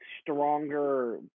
stronger